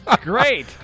Great